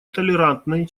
толерантной